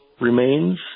remains